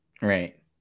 right